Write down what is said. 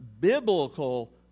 biblical